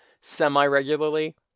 semi-regularly